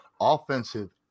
offensive